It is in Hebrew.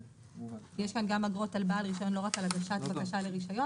יש גם אגרות על בעל רישיון ולא רק על הגשת בקשה לרישיון.